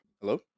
Hello